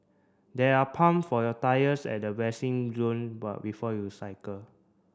there are pump for your tyres at the resting zone bar before you cycle